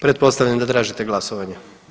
Pretpostavljam da tražite glasovanje?